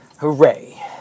Hooray